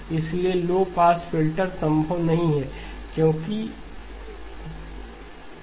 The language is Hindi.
इसलिए लो पास फिल्टर संभव नहीं है